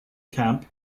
camp